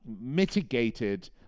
mitigated